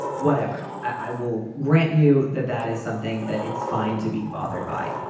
whatever. i will grant you that that is something that it's fine to be bothered by.